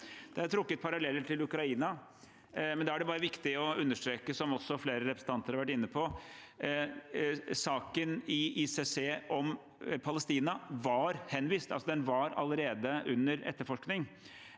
Det er trukket paralleller til Ukraina, men da er det viktig å understreke, som også flere representanter har vært inne på, at saken i ICC om Palestina var henvist. Den var allerede under etterforskning,